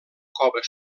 cova